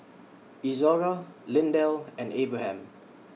Izora Lindell and Abraham